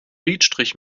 lidstrich